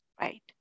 Right